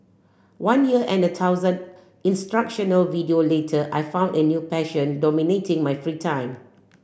one year and a thousand instructional video later I found a new passion dominating my free time